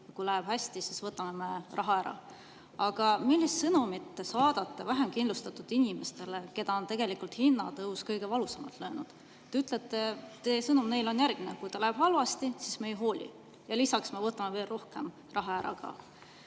kui läheb hästi, siis võtame raha ära. Aga millise sõnumi te saadate vähekindlustatud inimestele, keda on tegelikult hinnatõus kõige valusamalt löönud? Te ütlete, teie sõnum neile on järgmine: kui teil läheb halvasti, siis me ei hooli, ja lisaks me võtame [teilt] veel rohkem raha ära. Lisaks,